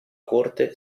corte